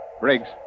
Briggs